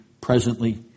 presently